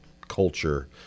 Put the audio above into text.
culture